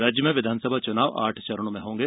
राज्य में विधानसभा चुनाव आठ चरणों में होंगे